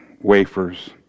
wafers